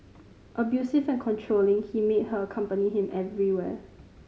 abusive and controlling he made her accompany him everywhere